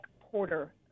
Porter